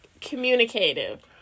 communicative